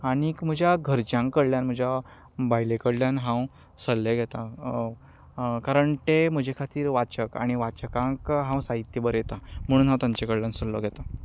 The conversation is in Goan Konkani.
आनी म्हज्या घरच्यां कडल्यान म्हज्या बायले कडल्यान हांव सल्ले घेतां कारण ते म्हजे खातीर वाचक आनी वाचकांक हांव साहित्य बरयतां म्हणून हांव तांचे कडल्यान सल्लो घेतां